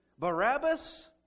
Barabbas